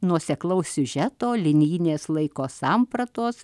nuoseklaus siužeto linijinės laiko sampratos